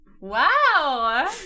Wow